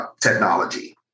technology